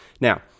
now